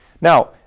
Now